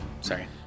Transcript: Sorry